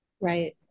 Right